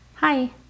Hi